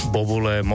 Bobule